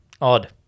Odd